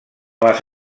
les